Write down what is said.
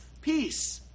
peace